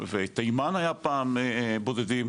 ותימן היה פעם בודדים,